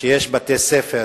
שיש בתי-ספר